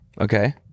Okay